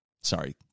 Sorry